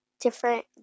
different